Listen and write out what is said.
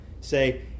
Say